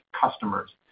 customers